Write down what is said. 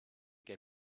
get